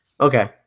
okay